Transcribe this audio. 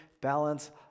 balance